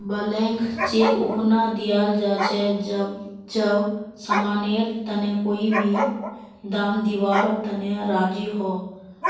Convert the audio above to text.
blank cheque उखना दियाल जा छे जब समानेर तने कोई भी दाम दीवार तने राज़ी हो